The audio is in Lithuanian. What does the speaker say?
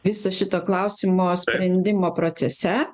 viso šito klausimo sprendimo procese